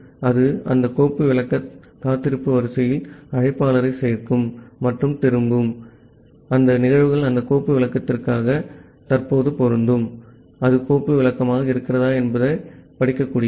ஆகவே அது அந்த கோப்பு விளக்கக் காத்திருப்பு வரிசையில் அழைப்பாளரைச் சேர்க்கும் மற்றும் திரும்பும் அந்த நிகழ்வுகள் அந்தக் கோப்பு விளக்கத்திற்கு தற்போது பொருந்தும் அது கோப்பு விளக்கமாக இருக்கிறதா என்பது படிக்கக்கூடியது